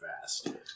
fast